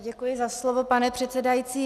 Děkuji za slovo, pane předsedající.